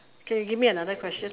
can you give me another question